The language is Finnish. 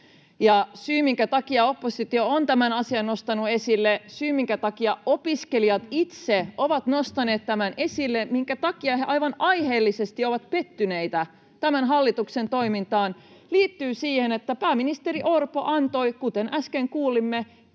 syy, minkä takia oppositio on tämän asian nostanut esille, syy, minkä takia opiskelijat itse ovat nostaneet tämän esille, minkä takia he aivan aiheellisesti ovat pettyneitä tämän hallituksen toimintaan, [Kimmo Kiljunen: Kuka ei olisi?] liittyy siihen, että pääministeri Orpo antoi, kuten äsken kuulimme,